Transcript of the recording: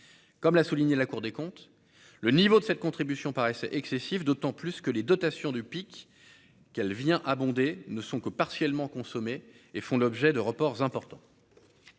comme l'a souligné la Cour des comptes, le niveau de cette contribution paraissait excessif d'autant plus que les dotations du pic qu'elle vient abonder ne sont que partiellement et font l'objet de report important.